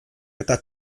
eta